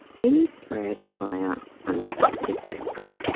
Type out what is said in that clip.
it is spread via unprotected sex.